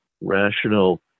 rational